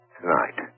tonight